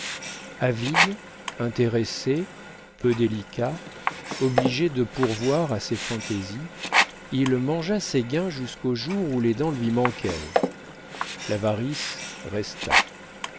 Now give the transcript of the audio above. avide intéressé peu délicat obligé de pourvoir à ses fantaisies il mangea ses gains jusqu'au jour où les dents lui manquèrent l'avarice resta